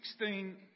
16